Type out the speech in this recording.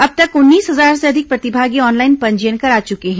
अब तक उन्नीस हजार से अधिक प्रतिभागी ऑनलाइन पंजीयन करा चुके हैं